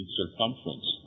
circumference